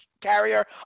carrier